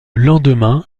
lendemain